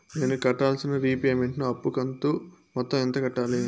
నేను కట్టాల్సిన రీపేమెంట్ ను అప్పు కంతు మొత్తం ఎంత కట్టాలి?